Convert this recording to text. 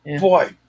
Boy